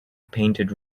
painted